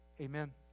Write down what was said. Amen